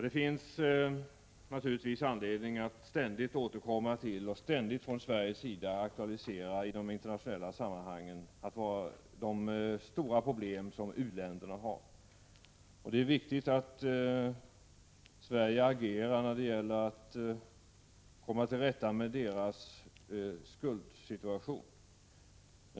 Det finns naturligtvis anledning att från Sveriges sida i de internationella sammanhangen ständigt återkomma till och aktualisera de stora problem som u-länderna har på den internationella handelns område. Det är viktigt att Sverige agerar för att komma till rätta med deras skuldsituation.